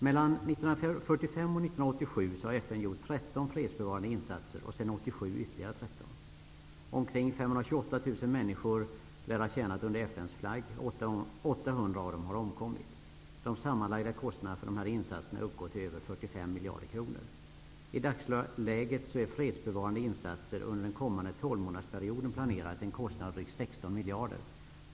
Mellan 1945 och 1987 har FN gjort 13 fredsbevarande insatser och sedan 1987 ytterligare 13. Omkring 528 000 människor lär ha tjänat under FN:s flagg. 800 av dem har omkommit. De sammanlagda kostnaderna för dessa insatser uppgår till över 45 miljarder kronor. I dagsläget är fredsbevarande insatser under den kommande tolvmånadersperioden planerade till en kostnad av drygt 16 miljarder kronor.